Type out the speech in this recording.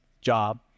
job